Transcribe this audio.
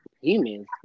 humans